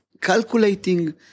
calculating